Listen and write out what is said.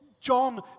John